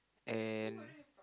and